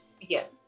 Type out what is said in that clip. Yes